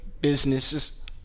businesses